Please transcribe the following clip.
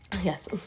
Yes